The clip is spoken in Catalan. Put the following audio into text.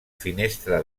finestra